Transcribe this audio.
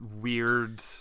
weird